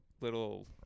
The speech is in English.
little